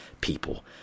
people